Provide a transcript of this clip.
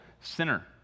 sinner